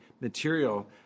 material